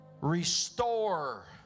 restore